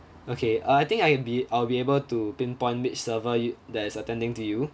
okay uh I think I'll be I'll be able to pinpoint which server you that is attending to you